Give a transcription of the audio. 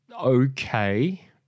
okay